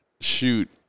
shoot